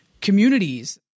communities